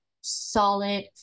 solid